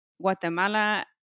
Guatemala